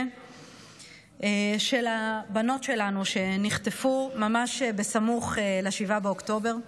של הבנות שלנו שנחטפו ממש סמוך ל-7 באוקטובר.